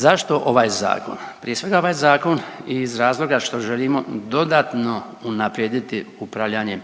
Zašto ovaj zakon? Prije svega ovaj zakon iz razloga što želimo dodatno unaprijediti upravljanje